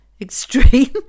extreme